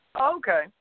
Okay